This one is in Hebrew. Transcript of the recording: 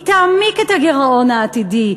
היא תעמיק את הגירעון העתידי,